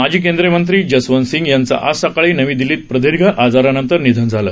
माजी केंद्रीय मंत्री जसवंत सिंग यांचं आज सकाळी नवी दिल्लीत प्रदीर्घ आजारानंतर निधन झालं